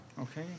Okay